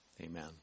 Amen